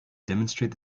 demonstrate